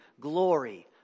glory